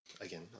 again